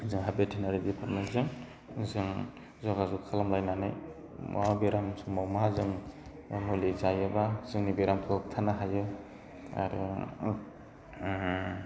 जोंहा भेटेनारि बिफानमोनजों जों जगाजग खालामलायनानै मा बेराम समाव माजों मा मुलि जायोबा जोंनि बेरामखौ होबथानो हायो आरो